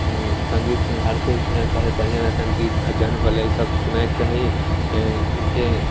सङ्गीत हर केओके सुनैके चाही बढ़िआँ बढ़िआँ सङ्गीत भजन होलै ईसब सुनैके चाही